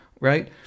right